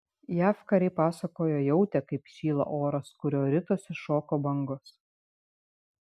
jav kariai pasakojo jautę kaip šyla oras kuriuo ritosi šoko bangos